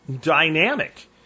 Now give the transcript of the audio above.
dynamic